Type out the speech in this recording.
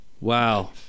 Wow